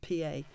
PA